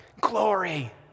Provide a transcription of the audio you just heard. Glory